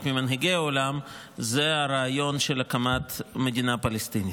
ממנהיגי העולם זה הרעיון של הקמת מדינה פלסטינית.